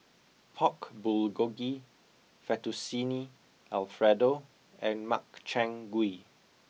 Pork Bulgogi Fettuccine Alfredo and Makchang Gui